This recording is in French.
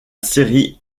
série